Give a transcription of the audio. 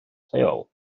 lleol